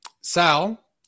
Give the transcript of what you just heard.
Sal